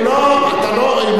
אין לי פרטים.